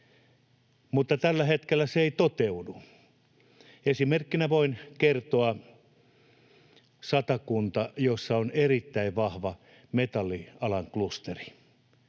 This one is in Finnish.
Mutta tällä hetkellä se ei toteudu. Esimerkkinä voin kertoa Satakunnasta, jossa on erittäin vahva metallialan klusteri,